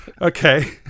okay